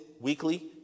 weekly